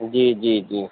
جی جی جی